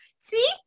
See